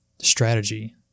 strategy